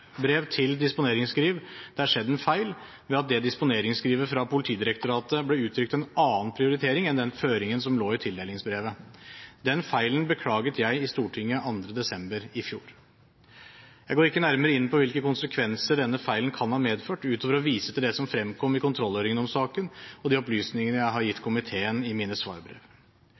til disponeringsskriv det er skjedd en feil, ved at det i disponeringsskrivet fra Politidirektoratet ble utrykt en annen prioritering enn den føringen som lå i tildelingsbrevet. Den feilen beklaget jeg i Stortinget 2. desember i fjor. Jeg går ikke nærmere inn på hvilke konsekvenser denne feilen kan ha medført, utover å vise til det som fremkom i kontrollhøringen om saken, og de opplysninger jeg har gitt